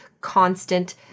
constant